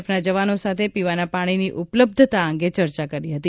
એફના જવાનો સાથે પીવાના પાણીની ઉપલબ્ધતા અંગે ચર્ચા કરી હતી